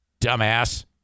Dumbass